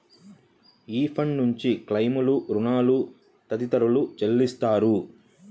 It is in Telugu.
ఈ ఫండ్ నుంచి క్లెయిమ్లు, రుణాలు తదితరాలు చెల్లిస్తారు